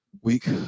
week